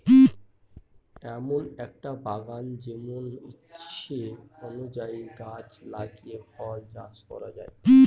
এমন একটা বাগান যেমন ইচ্ছে অনুযায়ী গাছ লাগিয়ে ফল চাষ করা হয়